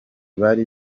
bari